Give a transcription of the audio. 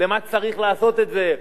למה צריך לעשות את זה?